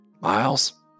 Miles